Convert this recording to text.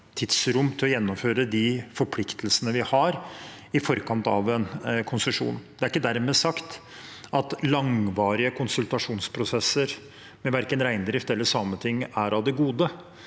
til å gjennomføre de forpliktelsene vi har i forkant av en konsesjon. Det er ikke dermed sagt at langvarige konsultasjonsprosesser med verken reindrift eller Sametinget er av det gode.